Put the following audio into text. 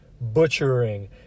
butchering